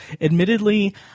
Admittedly